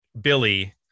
Billy